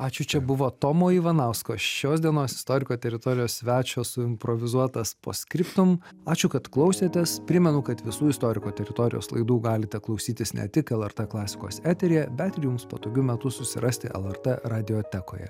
ačiū čia buvo tomo ivanausko šios dienos istoriko teritorijos svečio suimprovizuotas post skriptum ačiū kad klausėtės primenu kad visų istoriko teritorijos laidų galite klausytis ne tik lrt klasikos eteryje bet ir jums patogiu metu susirasti lrt radiotekoje